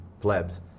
plebs